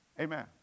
Amen